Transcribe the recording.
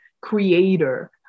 creator